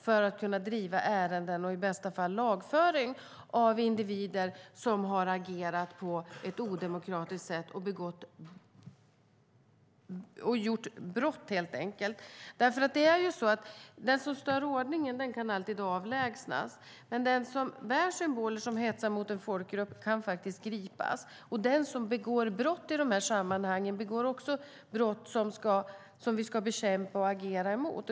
På så sätt kan man driva ärenden och i bästa fall få till stånd en lagföring av individer som har agerat på ett odemokratiskt sätt och begått brott, helt enkelt. Den som stör ordningen kan alltid avlägsnas. Men den som bär symboler som hetsar mot en folkgrupp kan gripas. Den som begår brott i de här sammanhangen begår också brott som vi ska bekämpa och agera mot.